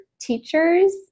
teachers